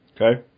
Okay